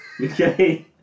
okay